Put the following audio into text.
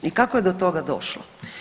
I kako je do toga došlo?